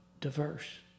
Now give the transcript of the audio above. diverse